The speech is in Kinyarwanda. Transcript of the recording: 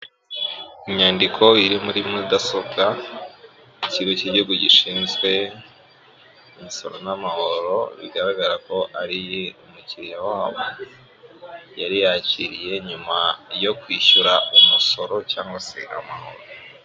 Ku nyandiko iri muri mudasobwa ikigo cy'igihugu gishinzwe imisoro n'amahoro bigaragara ko ari umukiriya wabo yari yakiriye nyuma yo kwishyura umusoro cyangwa se amahoro.